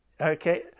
Okay